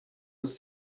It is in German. uns